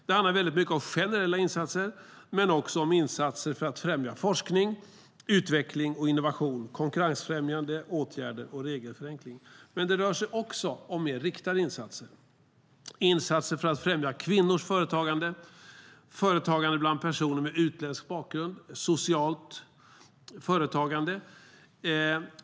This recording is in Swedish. Det handlar mycket om generella insatser och om insatser för att främja forskning, utveckling och innovation, konkurrensfrämjande åtgärder och regelförenkling. Men det rör sig också om mer riktade insatser. Det är insatser för att främja kvinnors företagande, företagande bland personer med utländsk bakgrund och socialt företagande.